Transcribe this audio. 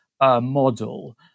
model